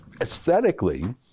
aesthetically